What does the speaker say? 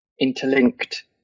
Interlinked